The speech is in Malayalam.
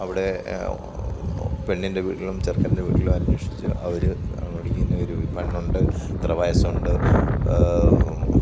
അവിടെ പെണ്ണിൻ്റെ വീട്ടിലും ചെറുക്കൻ്റെ വീട്ടിലും അന്വേഷിച്ച് അവർ അവിടെ ഇന്ന ഒരു പെണ്ണുണ്ട് ഇത്ര വയസ്സുണ്ട്